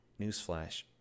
newsflash